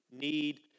need